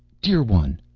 dear one!